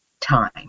time